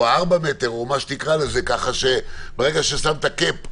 או 4 מטרים, כך שברגע ששמת קאפ,